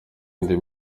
indi